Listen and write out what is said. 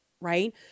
right